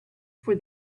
for